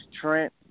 Trent